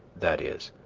that is,